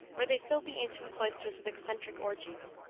where they filled the ancient cloisters with eccentric orgies.